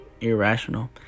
irrational